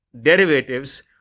derivatives